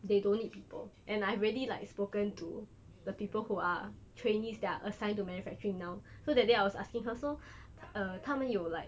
they don't need people and I really like spoken to the people who are trainees that are assigned to manufacturing now so that day I was asking her so err 他们有 like